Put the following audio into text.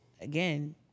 again